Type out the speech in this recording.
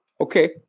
Okay